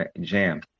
jam